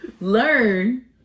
learn